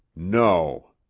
no.